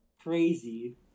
crazy